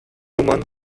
nummern